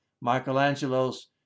Michelangelo's